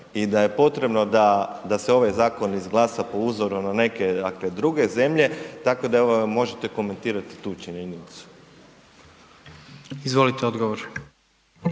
i da je potrebno da se ovaj zakon izglasa po uzoru na neke dakle, druge zemlje, tako da evo, možete komentirati tu činjenicu. **Jandroković,